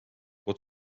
tema